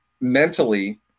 mentally